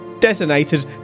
detonated